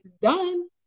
done